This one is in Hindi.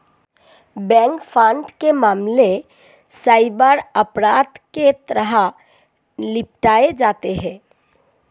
बैंक फ्रॉड के मामले साइबर अपराध के तहत निपटाए जाते हैं